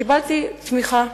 קיבלתי תמיכה.